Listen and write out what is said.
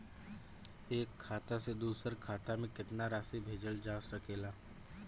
एक खाता से दूसर खाता में केतना राशि भेजल जा सके ला?